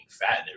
fat